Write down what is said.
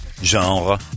Genre